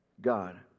god